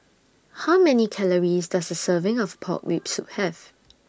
How Many Calories Does A Serving of Pork Rib Soup Have